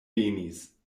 venis